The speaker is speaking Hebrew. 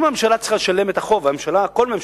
אם הממשלה צריכה לשלם את החוב, והממשלה, כל ממשלה,